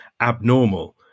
abnormal